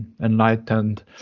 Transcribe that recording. enlightened